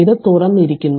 ഇത് തുറന്നിരിക്കുന്നു